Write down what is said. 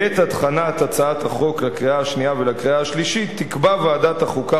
בעת הכנת הצעת החוק לקריאה השנייה ולקריאה השלישית תקבע ועדת החוקה,